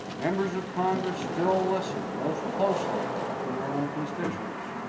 members of congress still listen most closely to their own constituents.